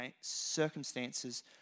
circumstances